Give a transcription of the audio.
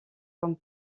comme